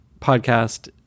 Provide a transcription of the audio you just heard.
podcast